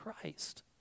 Christ